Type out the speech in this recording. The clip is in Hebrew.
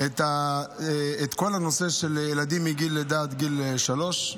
את כל הנושא של ילדים מגיל לידה עד גיל שלוש.